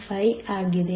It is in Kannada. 55 ಆಗಿದೆ